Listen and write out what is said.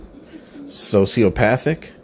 sociopathic